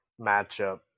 matchup